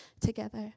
together